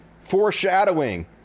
foreshadowing